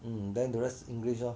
mm then the rest english lor